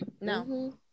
no